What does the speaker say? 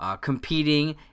Competing